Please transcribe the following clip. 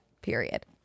period